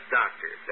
doctor